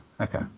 okay